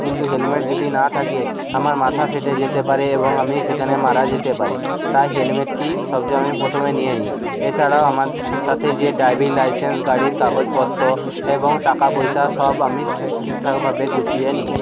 কিন্তু হেলমেট যদি না থাকে আমার মাথা ফেটে যেতে পারে এবং আমি সেখানে মারা যেতে পারি তাই হেলমেটটি সবচেয়ে আমি প্রথমে নিয়ে নিই এছাড়াও আমার সাথে যে ড্রাইভিং লাইসেন্স গাড়ির কাগজপত্র এবং টাকা পয়সা সব আমি ঠিকঠাকভাবে গুছিয়ে নিই